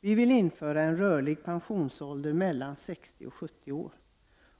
Vi i miljöpartiet vill införa en rörlig pensionsålder mellan 60 och 70 år.